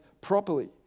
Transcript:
properly